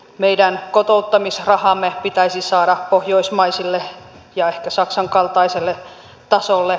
meidän kotouttamisrahamme pitäisi saada pohjoismaiselle ja ehkä saksan kaltaiselle tasolle